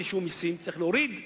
צריך ללכת הפוך,